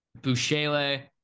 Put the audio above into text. Bouchele